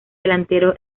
delantero